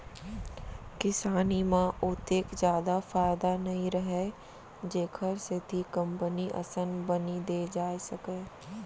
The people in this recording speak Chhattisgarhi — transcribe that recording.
किसानी म ओतेक जादा फायदा नइ रहय जेखर सेती कंपनी असन बनी दे जाए सकय